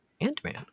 Ant-Man